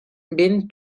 ben